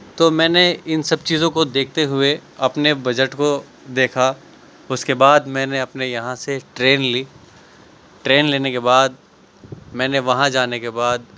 تو میں نے ان سب چیزوں کو دیکھتے ہوئے اپنے بجٹ کو دیکھا اس کے بعد میں نے اپنے یہاں سے ٹرین لی ٹرین لینے کے بعد میں نے وہاں جانے کے بعد